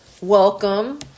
welcome